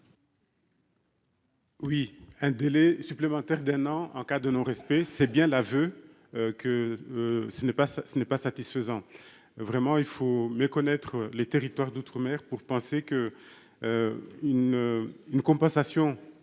Oui un délai supplémentaire d'un an en cas de non respect, c'est bien l'aveu. Que. Ce n'est pas ce n'est pas satisfaisant. Vraiment il faut me connaître les territoires d'outre-mer pour penser que. Une une compensation